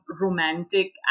romantic